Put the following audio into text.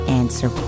answer